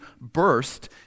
burst